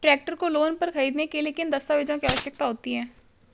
Tractor को loan पर खरीदने के लिए किन दस्तावेज़ों की आवश्यकता होती है?